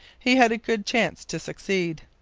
he had a good chance to succeed.